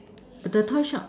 the toy shop